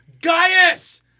Gaius